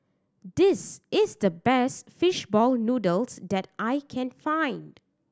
this is the best fish ball noodles that I can find